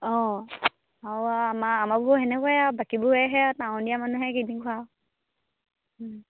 অঁ আৰু আমাৰো সেনেকুৱাই আৰু বাকীবোৰ হে টাউনীয়া মানুহে কেইদিন খোৱা